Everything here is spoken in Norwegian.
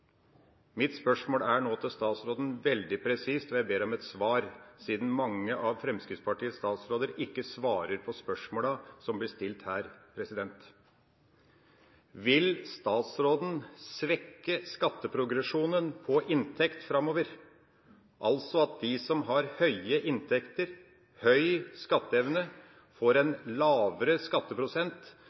Mitt spørsmål til statsråden nå er veldig presist, og jeg ber om et svar, siden mange av Fremskrittspartiets statsråder ikke svarer på spørsmålene som blir stilt her: Vil statsråden svekke skatteprogresjonen på inntekt framover, altså slik at de som har høye inntekter, høy skatteevne, får en lavere skatteprosent